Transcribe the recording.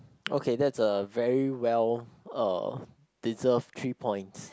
okay that's a very well uh deserved three points